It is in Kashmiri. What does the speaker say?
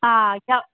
آ